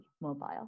mobile